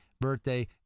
birthday